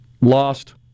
lost